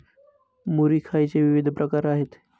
मुरी खायचे विविध प्रकार आहेत